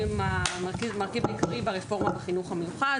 המרכיבים העיקריים ברפורמת החינוך המיוחד.